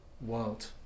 world